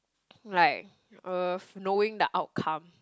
like uh knowing the outcome